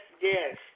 Yes